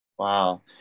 Wow